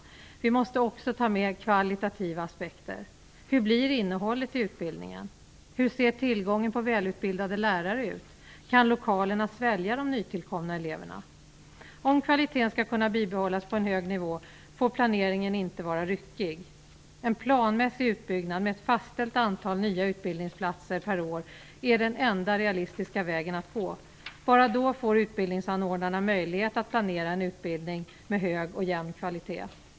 Vi måste också ta med kvalitativa aspekter. Hur blir innehållet i utbildningen? Hur ser tillgången på välutbildade lärare ut? Kan lokalerna svälja de nytillkomna eleverna? Om kvaliteten skall kunna bibehållas på en hög nivå får planeringen inte vara ryckig. En planmässig utbyggnad med ett fastställt antal nya utbildningsplatser per år är den enda realistiska vägen att gå. Bara då får utbildningsanordnarna möjlighet att planera en utbildning med hög och jämn kvalitet.